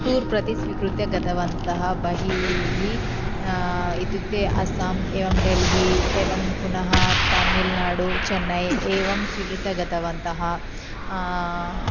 tour प्रति स्वीकृत्य गतवन्तः बहिः इत्युक्ते अस्साम् एवं डेल्हि एवं पुनः तमिल्नाडू चेन्नै एवं स्वीकृत्य गतवन्तः